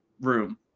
room